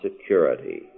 security